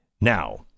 Now